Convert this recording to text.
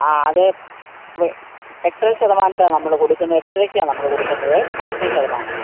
ആ അതെ എട്ടര ശതമാനത്തിലാണ് നമ്മൾ കൊടുക്കുന്നത് എട്ടരയ്ക്കാണു നമ്മള് കൊടുക്കുന്നതേ എട്ടര ശതമാനം